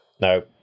Now